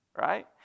Right